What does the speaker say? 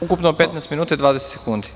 Ukupno 15 minuta i 20 sekundi.